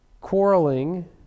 quarreling